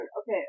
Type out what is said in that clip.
Okay